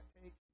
take